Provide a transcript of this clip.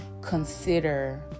consider